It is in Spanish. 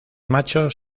machos